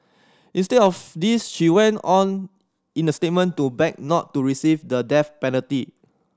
instead of this she went on in the statement to beg not to receive the death penalty